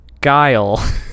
Guile